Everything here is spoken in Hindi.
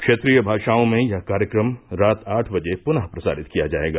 क्षेत्रीय भाषाओं में यह कार्यक्रम रात आठ बजे प्नः प्रसारित किया जाएगा